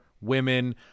women